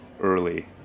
early